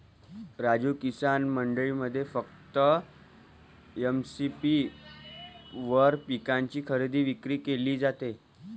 राजू, किसान मंडईमध्ये फक्त एम.एस.पी वर पिकांची खरेदी विक्री केली जाते